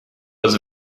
was